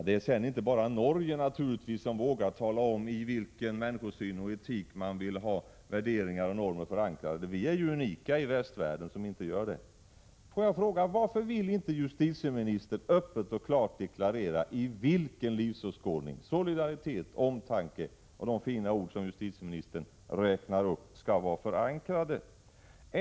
Det är naturligtvis inte bara Norge som vågar tala om i vilken människosyn och etik man vill ha värderingar och normer förankrade. Vi är ju unika i västvärlden, som inte gör det. Får jag fråga: Varför vill inte justitieministern öppet och klart deklarera i vilken livsåskådning solidaritet och omtanke — och de fina ord som justitieministern räknar upp — skall vara förankrade?